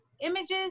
images